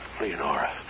Leonora